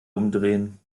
umdrehen